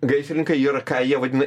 gaisrininkai yra ką jie vadina